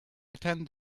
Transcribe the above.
attend